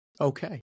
Okay